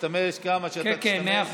תשתמש כמה שאתה צריך, הזכות שלך.